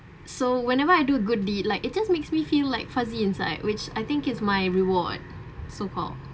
so whenever I do a good deed like it just makes me feel like fuzzy insight which I think is my reward so-called